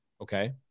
Okay